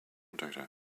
data